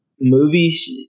movies